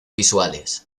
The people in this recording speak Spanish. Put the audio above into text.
visuales